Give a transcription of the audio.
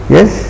Yes